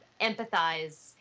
empathize